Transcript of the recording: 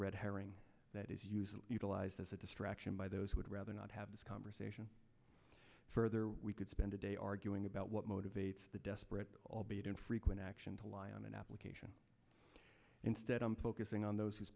red herring that is used utilized as a distraction by those who would rather not have this conversation further we could spend a day arguing about what motivates the desperate albeit infrequent action to lie on an application instead i'm focusing on those